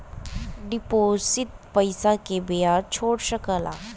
deposit पइसा के बियाज जोड़ सकला